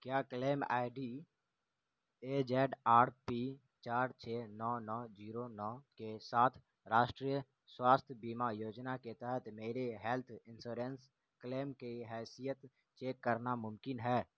کیا claim I D A Z R P چار چھ نو نو جیرو نو کے ساتھ راشٹریہ سواستھ بیمہ یوجنا کے تحت میرے ہیلتھ انسورنس کلیم کی حیثیت چیک کرنا ممکن ہے